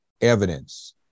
evidence